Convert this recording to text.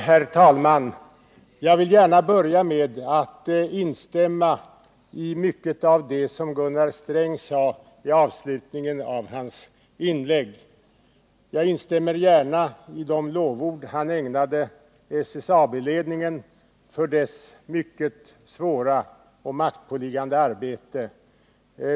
Herr talman! Jag vill gärna börja med att instämma i mycket av det som Gunnar Sträng sade i avslutningen av sitt inlägg. Jag instämmer gärna i de lovord han ägnade SSAB-ledningen för det mycket svåra och maktpåliggande arbetet.